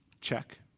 Check